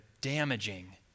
damaging